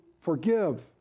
forgive